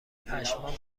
پشمام